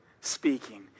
speaking